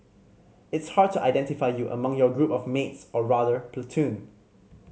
it's hard to identify you among your group of mates or rather platoon